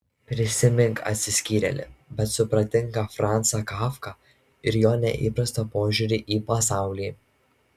prisimink atsiskyrėlį bet supratingą francą kafką ir jo neįprastą požiūrį į pasaulį